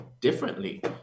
differently